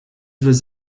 was